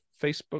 facebook